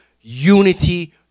unity